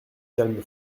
calme